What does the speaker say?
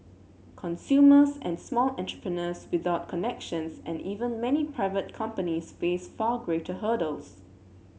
consumers and small entrepreneurs without connections and even many private companies face far greater hurdles